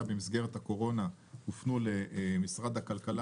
במסגרת הקורונה הופנו למשרד הכלכלה,